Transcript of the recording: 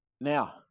Now